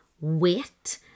weight